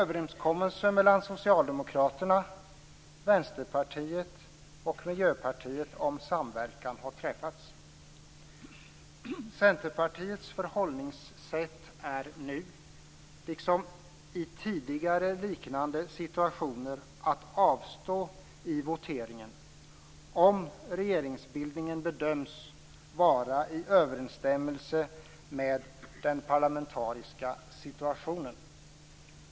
Vänsterpartiet och Miljöpartiet om samverkan har träffats. Centerpartiets förhållningssätt är nu liksom i tidigare liknande situationer att avstå i voteringen, om regeringsbildningen bedöms vara i överensstämmelse med den parlamentariska situationen.